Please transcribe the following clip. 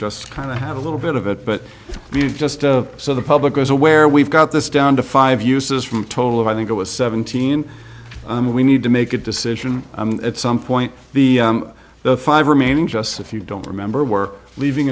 just kind of have a little bit of it but just so the public is aware we've got this down to five uses from total of i think it was seventeen we need to make a decision at some point the the five remaining just if you don't remember we're leaving